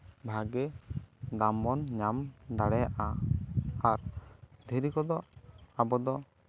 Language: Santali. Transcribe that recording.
ᱵᱷᱜᱮ ᱫᱟᱢ ᱵᱚᱱ ᱧᱟᱢ ᱫᱟᱲᱮᱭᱟᱜᱼᱟ ᱟᱨ ᱫᱷᱤᱨᱤ ᱠᱚᱫᱚ ᱟᱵᱚ ᱫᱚ